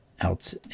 else